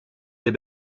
der